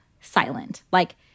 silent—like